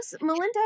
Melinda